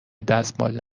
دستمال